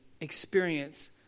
experience